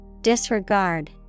Disregard